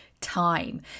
time